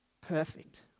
Perfect